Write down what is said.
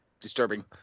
disturbing